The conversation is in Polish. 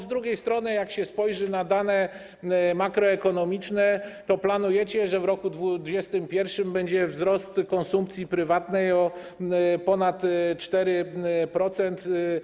Z drugiej strony, jak się spojrzy na dane makroekonomiczne, to planujecie, że w roku 2021 będzie wzrost konsumpcji prywatnej o ponad 4%.